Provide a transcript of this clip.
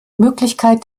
möglichkeit